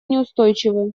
неустойчивы